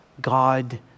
God